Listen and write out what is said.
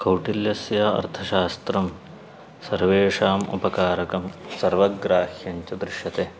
कौटिल्यस्य अर्थशास्त्रं सर्वेषाम् उपकारकं सर्वग्राह्यं च दृश्यते